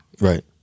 Right